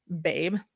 babe